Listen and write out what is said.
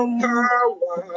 power